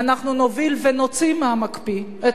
אנחנו נוביל ונוציא מהמקפיא את חוק